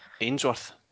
Ainsworth